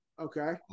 Okay